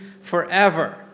forever